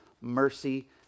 mercy